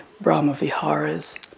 Brahma-viharas